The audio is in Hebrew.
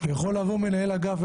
יכול לבוא מנהל אגף,